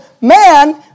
Man